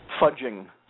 fudging